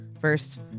First